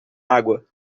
água